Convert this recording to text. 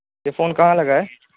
یہ فون کہاں لگا ہے